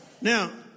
Now